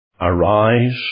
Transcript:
Arise